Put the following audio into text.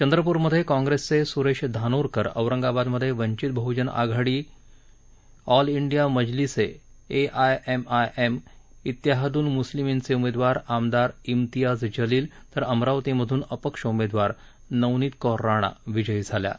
चंद्रपूरमध्ये काँग्रेसचे सुरेश धानोरकर औरंगाबादमध्ये वंचित बहुजन आघाडी ऑल डिया मजलिसे राजाज जिहादुल मुस्लिमीनचे उमेदवार आमदार शिंतयाज जलील तर अमरावतीमधून अपक्ष उमेदवार नवनीत कौर राणा विजयी झाल्या आहेत